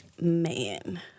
man